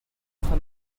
train